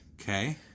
Okay